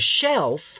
shelf